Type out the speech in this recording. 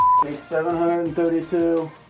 732